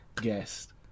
guest